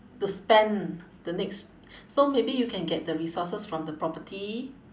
to spend the next so maybe you can get the resources from the property